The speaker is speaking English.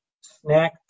snack